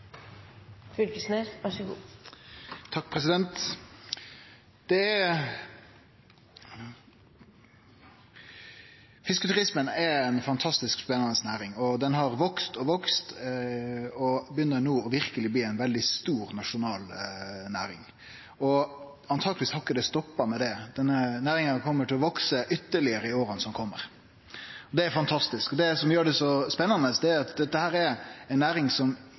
og begynner no å bli ei verkeleg stor nasjonal næring. Antakeleg har det ikkje stoppa med det. Denne næringa kjem til å vekse ytterlegare i åra som kjem. Det er fantastisk. Det som gjer det så spennande, er at dette er ei næring som